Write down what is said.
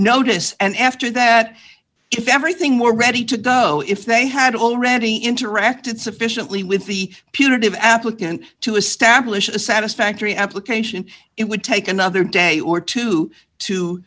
notice and after that if everything were ready to go if they had already interacted sufficiently with the putative applicant to establish a satisfactory application it would take another day or two t